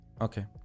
Okay